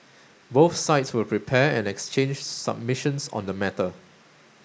both sides will prepare and exchange submissions on the matter